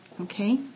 Okay